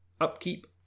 upkeep